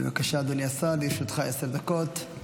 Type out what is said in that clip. בבקשה, אדוני השר, לרשותך עשר דקות.